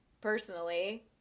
personally